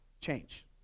change